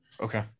Okay